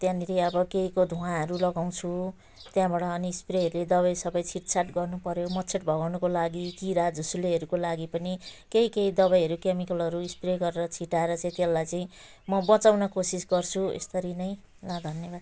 त्यहाँनेरि अब केहीको धुवाँहरू लगाउँछु त्यहाँबाट अनि स्प्रेहरूले दबाई सबाई छिट छाट गर्नु पऱ्यो मच्छर भगाउनुको लागि किरा झुसुलेहरूको लागि पनि केही केही दबाईहरू केमिकलहरू स्प्रे गरेर छिटाएर चैँ त्यसलाई चाहिँ म बचाउन कोसिस गर्छु यस्तरी नै ल धन्यवाद